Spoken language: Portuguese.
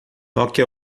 toque